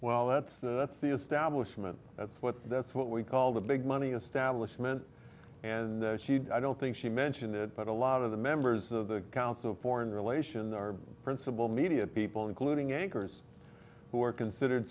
well that's that's the establishment that's what that's what we call the big money establishment and she'd i don't think she mentioned it but a lot of the members of the council of foreign relations are the principal media people including anchors who are considered